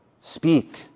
speak